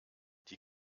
die